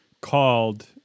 called